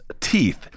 teeth